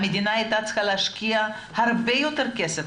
המדינה הייתה צריכה להשקיע בהם הרבה יותר כסף,